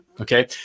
Okay